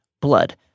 blood